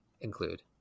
include